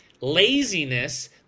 laziness